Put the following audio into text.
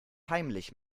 heimlich